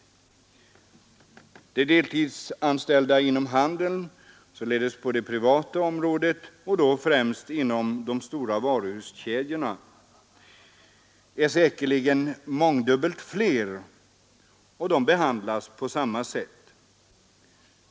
De deltidsanställda inom handeln — således på det privata området och då främst inom de stora varuhuskedjorna — är säkerligen mångdubbelt fler och behandlas på samma sätt.